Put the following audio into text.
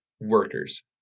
workers